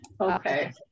Okay